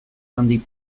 handik